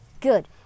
Good